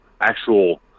actual